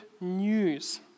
news